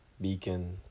beacon